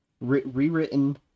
rewritten